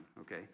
okay